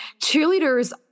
cheerleaders